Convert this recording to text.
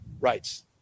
rights